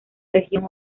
región